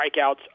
strikeouts